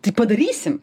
tai padarysim